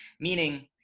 meaning